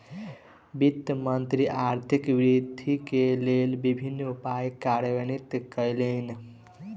वित्त मंत्री आर्थिक वृद्धि के लेल विभिन्न उपाय कार्यान्वित कयलैन